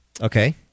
Okay